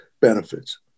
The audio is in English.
benefits